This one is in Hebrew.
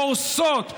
קורסות,